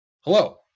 Hello